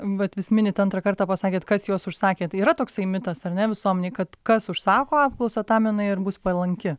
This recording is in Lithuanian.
vat vis minit antrą kartą pasakėt kas juos užsakė tai yra toksai mitas ar ne visuomenėj kad kas užsako apklausą tam jinai ir bus palanki